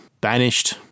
banished